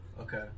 Okay